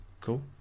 cool